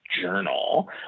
journal